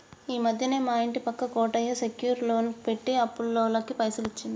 ఈ మధ్యనే మా ఇంటి పక్క కోటయ్య సెక్యూర్ లోన్ పెట్టి అప్పులోళ్లకు పైసలు ఇచ్చిండు